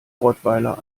rottweiler